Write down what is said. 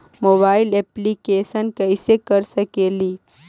Mobile application कैसे कर सकेली?